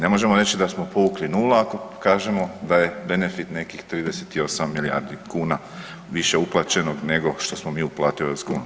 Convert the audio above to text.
Ne možemo reći da smo povukli nula ako kažemo da je benefit nekih 38 milijardi kuna više uplaćenog nego što smo mi uplatili u EU.